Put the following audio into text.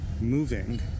moving